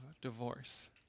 divorce